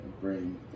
bring